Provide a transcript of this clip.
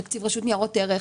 תקציב רשות ניירות ערך,